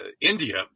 India